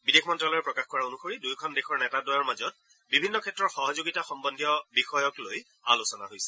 বিদেশ মন্ত্যালয়ে প্ৰকাশ কৰা অনুসৰি দুয়োখন দেশৰ নেতদ্বয়ৰ মাজত বিভিন্ন ক্ষেত্ৰৰ সহযোগিতা সদ্বন্ধীয় বিষয়ক লৈ আলোচনা হৈছে